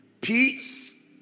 peace